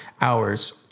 hours